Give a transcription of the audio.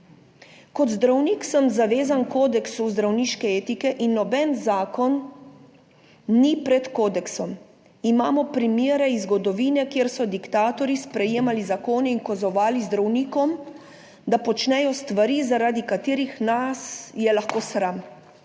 Kot zdravnik sem zavezan kodeksu zdravniške etike in noben zakon ni pred kodeksom. Imamo primere iz zgodovine, kjer so diktatorji sprejemali zakone in ukazovali zdravnikom, da počnejo stvari, zaradi katerih nas je lahko sram.